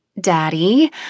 Daddy